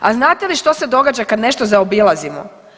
A znate li što se događa kad nešto zaobilazimo?